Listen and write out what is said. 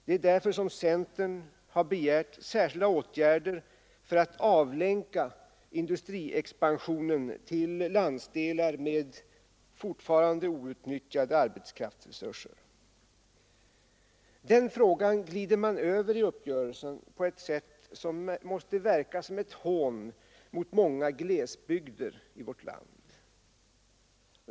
Det är därför som centern har begärt särskilda åtgärder för att avlänka industriexpansion till landsdelar med ännu outnyttjade arbetskraftsresurser. Den frågan glider man över i uppgörelsen på ett sätt som måste verka som ett hån mot många glesbygder i vårt land.